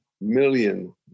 million